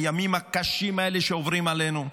הימים הקשים האלה שעוברים עלינו?